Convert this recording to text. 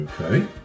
Okay